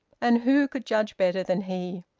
and who could judge better than he?